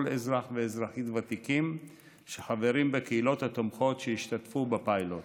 אזרח ואזרחית ותיקים שחברים בקהילות התומכות שהשתתפו בפיילוט.